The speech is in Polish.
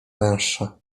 węższa